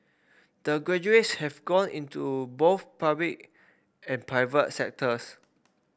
the graduates have gone into both public and private sectors